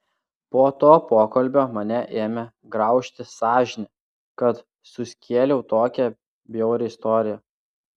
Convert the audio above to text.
po to pokalbio mane ėmė graužti sąžinė kad suskėliau tokią bjaurią istoriją